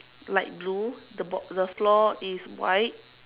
light blue the ball the floor is white